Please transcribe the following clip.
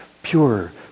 pure